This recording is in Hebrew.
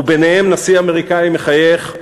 וביניהם נשיא אמריקני מחייך,